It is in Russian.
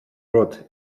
рот